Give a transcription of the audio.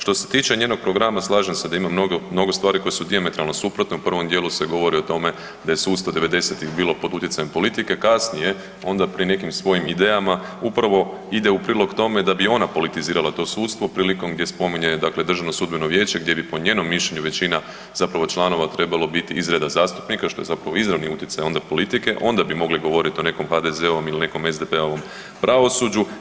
Što se tiče njenog programa slažem se da ima mnogo stvari koje su dijametralno suprotne, u prvom djelu se govori o tome da je sustav 90-ih bilo pod utjecajem politike, kasnije onda pri nekim svojim idejama, upravo ide u prilog tome da bi ona politizirala to sudstvo prilikom gdje spominje dakle DSV, gdje bi po njenom mišljenju većina zapravo članova trebalo biti iz reda zastupnika, što je zapravo izravni utjecaj onda politike, onda bi mogli govoriti o nekom HDZ-ovom ili nekom SDP-ovom pravosuđu.